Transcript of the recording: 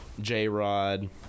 j-rod